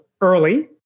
early